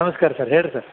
ನಮಸ್ಕಾರ ಸರ್ ಹೇಳಿರಿ ಸರ್